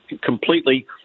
completely